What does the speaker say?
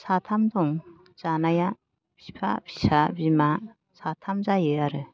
साथाम दं जानाया बिफा फिसा बिमा साथाम जायो आरो